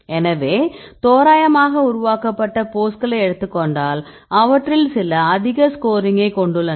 எனவே தோராயமாக உருவாக்கப்பட்ட போஸ்களை எடுத்துக்கொண்டால் அவற்றில் சில அதிக ஸ்கோரிங்கை கொண்டுள்ளன